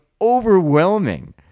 overwhelming